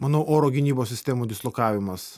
manau oro gynybos sistemų dislokavimas